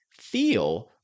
feel